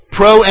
pro